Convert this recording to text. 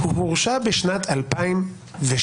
הוא הורשע בשנת 2016,